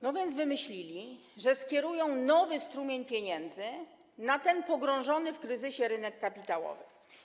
No więc wymyślili, że skierują nowy strumień pieniędzy na ten pogrążony w kryzysie rynek kapitałowy.